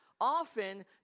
often